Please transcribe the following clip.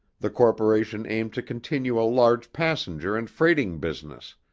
the corporation aimed to continue a large passenger and freighting business,